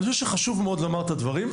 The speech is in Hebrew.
אני חשוב שחשוב מאוד לומר את הדברים.